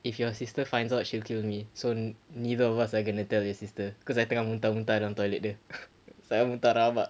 if your sister finds out she'll kill me so nei~ neither of us are gonna tell your sister cause I tengah muntah muntah dalam toilet dia muntah rabak